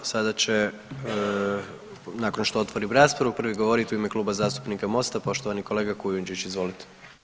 Sada će nakon što otvorim raspravu prvi govorit u ime Kluba zastupnika Mosta poštovani kolega Kujundžić, izvolite.